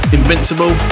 Invincible